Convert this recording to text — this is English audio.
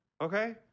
okay